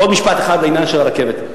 בעוד משפט אחד לעניין הרכבת.